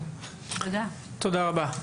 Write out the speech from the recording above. תודה רבה.